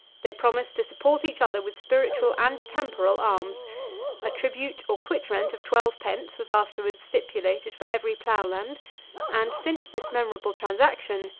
they promised to support each other with spiritual and temporal arms a tribute or quitrent of twelve pence was afterwards stipulated for every ploughland and since this memorable transaction,